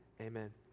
Amen